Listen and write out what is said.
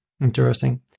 Interesting